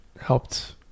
helped